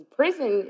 prison